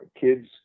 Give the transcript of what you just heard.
kids